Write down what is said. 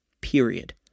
Period